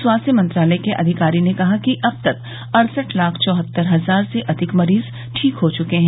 स्वास्थ्य मंत्रालय के अधिकारी ने कहा है कि अब तक अड़सठ लाख चौहत्तर हजार से अधिक मरीज ठीक हो चुके हैं